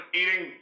eating